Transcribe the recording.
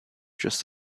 just